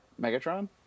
Megatron